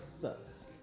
sucks